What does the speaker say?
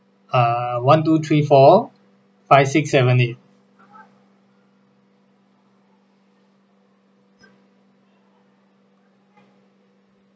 err one two three four five six seven eight